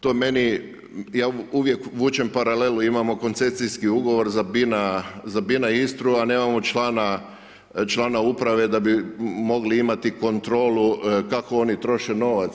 To meni, ja uvijek vučem paralelu imamo koncesijski ugovor za BINA Istru, a nemamo člana uprave da bi mogli imati kontrolu kako oni troše novac.